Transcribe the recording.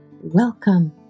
Welcome